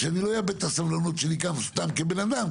שאני לא אאבד את הסבלנות שלי סתם כבן אדם,